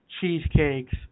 cheesecakes